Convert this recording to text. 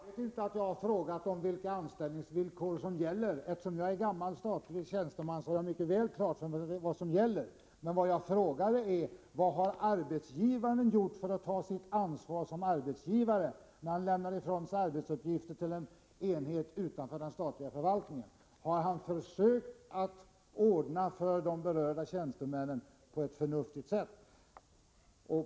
Herr talman! Jag vet mig inte ha frågat om vilka anställningsvillkor som gäller. Eftersom jag är gammal statlig tjänsteman har jag mycket väl klart för mig vad som gäller. Vad jag frågade var: Vad har arbetsgivaren gjort för att ta sitt ansvar som arbetsgivare, när han lämnar ifrån sig arbetsuppgifter till en enhet utanför den statliga förvaltningen? Har han försökt att ordna för de berörda tjänstemännen på ett förnuftigt sätt?